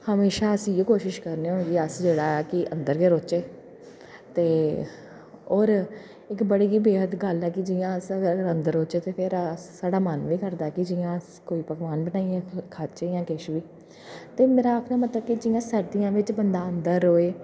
हमेशा अस इ'यै कोशिश करने होन्ने आं कि अस जेह्ड़ा अंदर गै रौह्चे ते और इक बड़ी गै बेहद गल्ल ऐ कि जि'यां अस अंदर रौह्चै ते फिर अस साढ़ा मन बी करदा कि जि'यां कोई पकवान बनाइयै खाह्चै जां किश बी ते मेरे आखने दा मतलब कि जि'यां सर्दियां बिच बंदा अंदर र'वै